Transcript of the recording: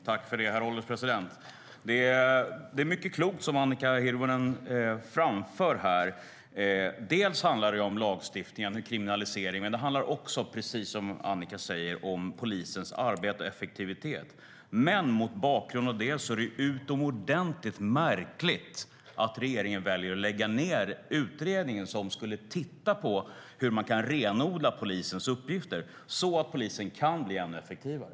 Herr ålderspresident! Det är många kloka saker som Annika Hirvonen framför här. Det handlar bland annat om lagstiftning och kriminalisering. Men det handlar också, precis som Annika Hirvonen säger, om polisens arbete och effektivitet. Men mot bakgrund av det är det utomordentligt märkligt att regeringen väljer att lägga ned den utredning som skulle se över hur man kan renodla polisens uppgifter, så att polisen kan bli ännu effektivare.